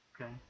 Okay